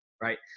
right